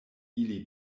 ili